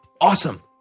Awesome